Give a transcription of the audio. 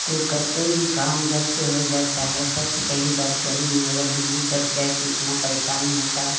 कोई कोई भी काम झट से हो जाता है सबसे पहली बात गर्मी में अगर बिजली कट जाए तो इतना परेशानी होता है